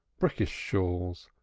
brick-dust shawls,